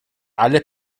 alle